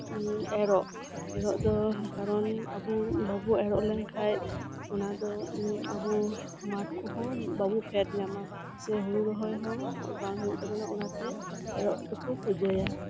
ᱮᱨᱚᱜ ᱮᱨᱚᱜ ᱫᱚ ᱠᱟᱨᱚᱱ ᱟᱵᱚ ᱵᱟᱵᱚᱱ ᱮᱨᱚᱜ ᱞᱮᱱ ᱠᱷᱟᱱ ᱚᱱᱟ ᱫᱚ ᱟᱵᱚ ᱢᱟᱴ ᱠᱚᱦᱚᱸ ᱵᱟᱵᱚ ᱯᱷᱮᱰ ᱧᱟᱢᱟ ᱥᱮ ᱦᱳᱲᱳ ᱨᱚᱦᱚᱭ ᱦᱚᱸ ᱵᱟᱝ ᱦᱳᱭᱳᱜ ᱛᱟᱵᱚᱱᱟ ᱚᱱᱟᱛᱮ ᱮᱨᱚᱜ ᱫᱚᱠᱚ ᱯᱩᱡᱟᱹᱭᱟ